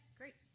great